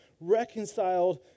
reconciled